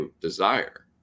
desire